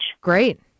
Great